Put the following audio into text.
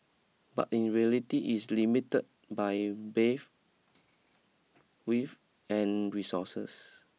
but in reality it is limited by bathe width and resources